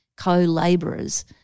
co-laborers